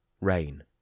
Rain